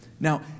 Now